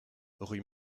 rue